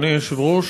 אדוני היושב-ראש,